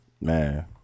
Man